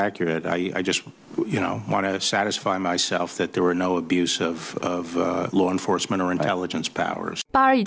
accurate i just you know want to satisfy myself that there were no abuse of law enforcement or intelligence powers by